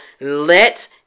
let